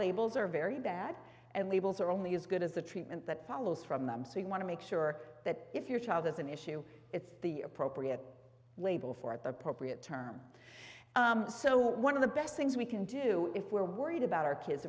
labels are very bad and labels are only as good as the treatment that follows from them so you want to make sure that if your child has an issue it's the appropriate label for appropriate term so one of the best things we can do if we're worried about our kids